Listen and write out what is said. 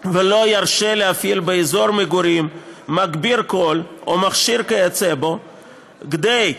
ולא ירשה להפעיל באזור מגורים מגביר קול או מכשיר כיוצא בו כדי",